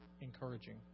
encouraging